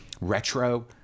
retro